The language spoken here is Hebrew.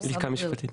לשכה משפטית.